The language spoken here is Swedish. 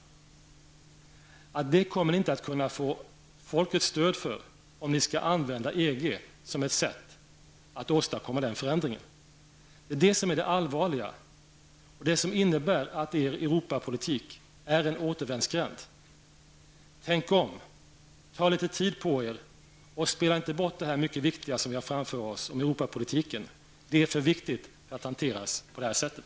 Det kommer ni inte att kunna få folkets stöd för om ni skall använda EG som ett sätt att åstadkomma den förändringen. Det är det som är det allvarliga och som innebär att er Europapolitik är en återvändsgränd. Tänk om, ta litet tid på er, och spela inte bort det mycket viktiga som vi har framför oss om Europapolitiken! Det är för viktigt för att hanteras på det sättet.